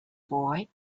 boy